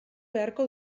beharko